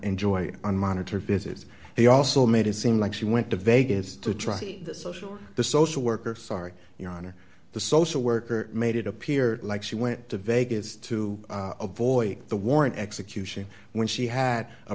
enjoy unmonitored visits they also made it seem like she went to vegas to try the social the social worker sorry your honor the social worker made it appear like she went to vegas to avoid the warrant execution when she had a